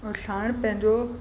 ऐं साण पंहिंजो